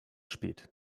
spät